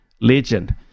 legend